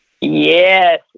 Yes